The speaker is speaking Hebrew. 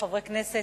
חברי הכנסת,